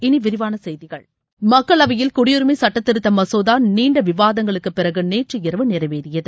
இனி விரிவான செய்திகள் மக்களவையில் குடியுரிமை சுட்டத்திருத்த மசோதா நீண்ட விவாதங்களுக்கு பிறகு நேற்று இரவு நிறைவேறியது